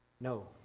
No